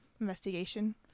investigation